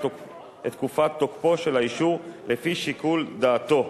תקופת תוקפו של האישור לפי שיקול דעתו.